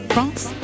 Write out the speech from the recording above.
France